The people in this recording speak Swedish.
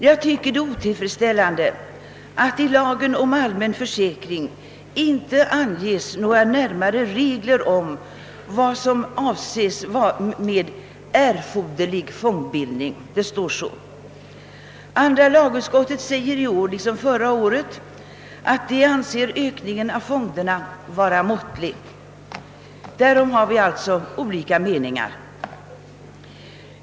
Jag tycker att det är otillfredsställande att det i lagen om allmän försäkring inte anges några närmare regler om vad som avses med dess uttryck »erforderlig fondering». Andra lagutskottet anför i år liksom förra året att det anser ökningen av fonderna vara måttlig. Därom har vi alltså olika meningar.